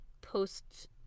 post